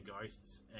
Ghosts